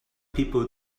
people